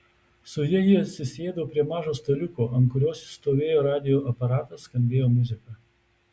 su ja ji atsisėdo prie mažo staliuko ant kurio stovėjo radijo aparatas skambėjo muzika